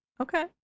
Okay